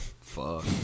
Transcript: Fuck